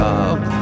up